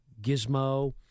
gizmo